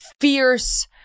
fierce